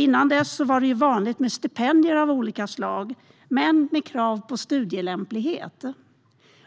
Innan dess var det vanligt med stipendier av olika slag, men med krav på studielämplighet. Inte heller